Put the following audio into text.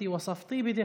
(אומר בערבית: